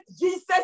Jesus